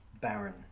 Baron